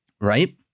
Right